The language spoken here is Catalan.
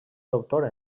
doctor